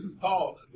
Paul